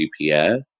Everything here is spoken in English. GPS